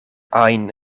ajn